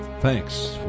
Thanks